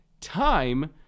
Time